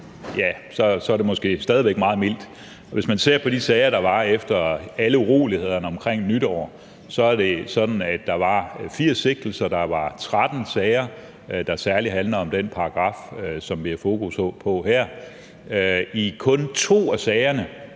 ja, så er den måske stadig væk meget mild. Og hvis man ser på de sager, der var efter alle urolighederne omkring nytår, er det sådan, at der var 80 sigtelser og 13 sager, der særlig handlede om den paragraf, som vi har fokus på her. I kun to af sagerne